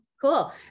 Cool